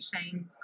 shame